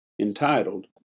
entitled